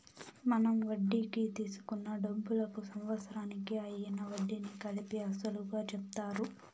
మనం వడ్డీకి తీసుకున్న డబ్బులకు సంవత్సరానికి అయ్యిన వడ్డీని కలిపి అసలుగా చెప్తారు